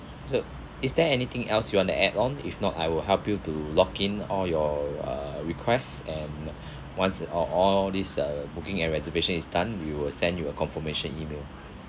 so is there anything else you want to add on if not I will help you to lock in all your uh request and once all all these uh booking and reservation is done we will send you a confirmation email